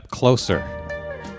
closer